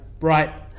right